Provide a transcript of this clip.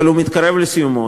אבל הוא מתקרב לסיומו,